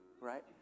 right